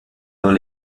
dans